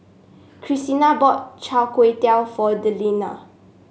Krystina bought Chai Tow Kuay for Delina